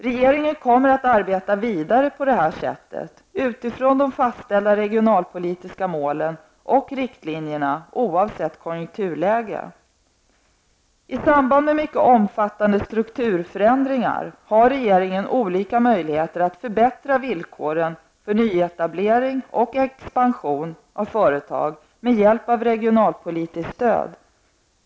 Regeringen kommer att arbeta vidare på det här sättet utifrån de fastställda regionalpolitiska målen och riktlinjerna oavsett konjunkturläge. I samband med mycket omfattande strukturförändringar har regeringen olika möjligheter att förbättra villkoren för nyetablering och expansion av företag med hjälp av regionalpolitiskt stöd.